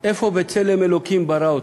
איפה "בצלם אלוקים ברא אתו"?